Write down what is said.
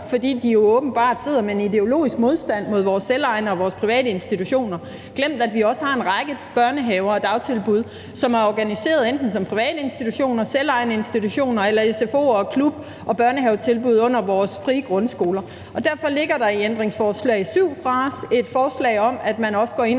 fordi de åbenbart har en ideologisk modstand mod vores selvejende og vores private institutioner, at vi også har en række børnehaver og dagtilbud, som er organiseret enten som privatinstitutioner, selvejende institutioner eller SFO'er og klubber og børnehavetilbud under vores frie grundskoler. Og derfor ligger der i ændringsforslag nr. 7 fra os et forslag om, at man også går ind